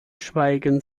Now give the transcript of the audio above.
schweigen